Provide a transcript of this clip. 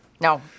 No